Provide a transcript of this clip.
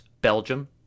Belgium